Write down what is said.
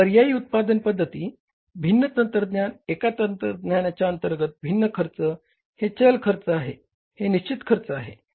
पर्यायी उत्पादन पद्धती भिन्न तंत्रज्ञान एका तंत्रज्ञानाच्या अंतर्गत भिन्न खर्च हे चल खर्च आहे हे निश्चित खर्च आहे